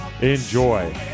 enjoy